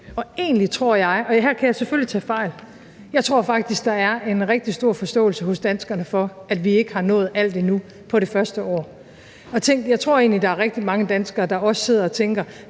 Og jeg tror faktisk – og her kan jeg selvfølgelig tage fejl – at der er en rigtig stor forståelse hos danskerne for, at vi ikke har nået alt endnu på det første år. Og tænk, jeg tror egentlig, der er rigtig mange danskere, der også sidder og tænker: